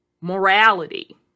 morality